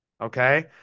okay